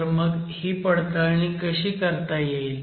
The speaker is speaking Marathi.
तर मग ही पडताळणी कशी करता येईल